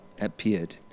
appeared